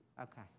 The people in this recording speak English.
Okay